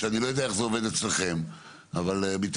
שאני לא יודע איך זה עובד אצלכם אבל בתל-אביב